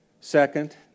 Second